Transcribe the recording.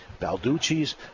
Balducci's